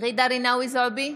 ג'ידא רינאוי זועבי,